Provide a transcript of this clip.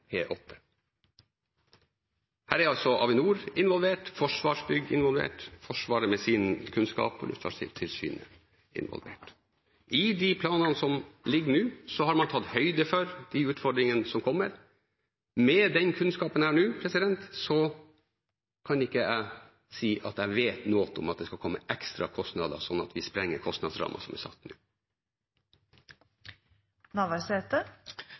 Her er altså Avinor involvert, Forsvarsbygg er involvert, Forsvaret med sin kunnskap er involvert og Luftfartstilsynet. I de planene som foreligger nå, har man tatt høyde for de utfordringene som kommer. Med den kunnskapen jeg har nå, kan jeg ikke si at jeg vet noe om at det skal komme ekstra kostnader, at vi sprenger kostnadsrammene som nå er satt.